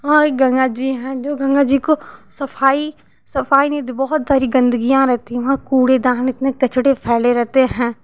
यहाँ एक गंगा जी हैं जो गंगा जी को सफाई सफाई नहीं बहुत सारी गंदगियाँ रहती हैं कूड़ेदान इतने कचड़े फैले होते हैं